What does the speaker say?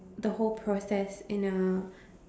the whole process in a